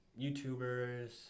YouTubers